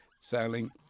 sailing